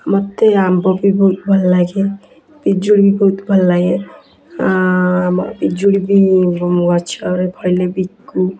ମୋତେ ଆମ୍ବ ବି ବହୁତ ଭଲ ଲାଗେ ପିଜୁଳି ବି ବହୁତ ଭଲ ଲାଗେ ଆମର ପିଜୁଳି ବି ଗଛରେ ଫଳିଲେ ବିକୁ